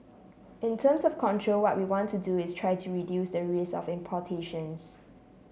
in terms of control what we want to do is try to reduce the risk of importations